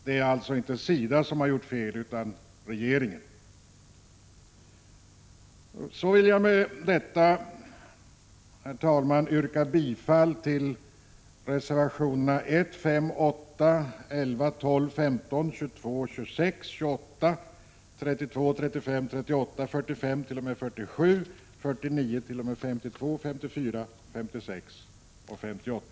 Det är alltså inte SIDA som har gjort fel utan regeringen. Herr talman! Jag vill med detta yrka bifall till reservationerna 1, 5, 8, 11, 12, 15, 19, 22, 26, 28, 32, 35, 38, 45-47, 49-52, 54, 56 och 58.